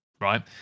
right